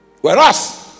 whereas